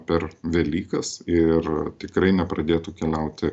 per velykas ir tikrai nepradėtų keliauti